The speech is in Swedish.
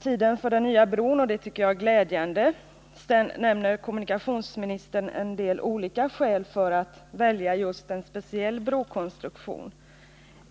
tiden för uppförandet av en ny bro. Det tycker jag är glädjande. Sedan nämner kommunikationsministern en del olika skäl för att välja en speciell brokonstruktion.